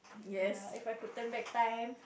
ya if I could turn back time